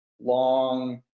long